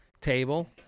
table